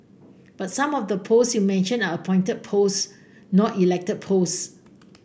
but some of the posts you mentioned are appointed posts not elected posts